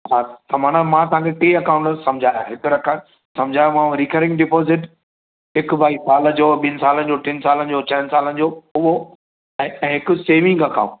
हा माना मां तव्हांखे टे अकाउंट समुझाया हिकु रखा समुझायोमांव रिकरिंग डिपॉज़िट हिकु भाई साल जो ॿिनि साल जो टिनि सालनि जो छहनि सालनि जो उहो ऐं हिकु सेविंग अकाउंट